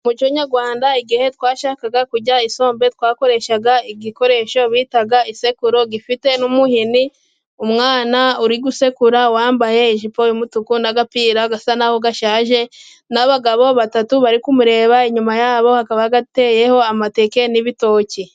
Mu muco nyarwanda igihe twashakaga kurya isombe, twakoreshaga igikoresho bitaga isekuro gifite n'umuhini. Umwana uri gusekura wambaye ijipo y'umutuku n'agapira gasa na ho gashaje, n'abagabo batatu bari kumureba. Inyuma yabo hakaba gateyeho amateke n'ibitoki.